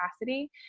capacity